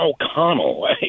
O'Connell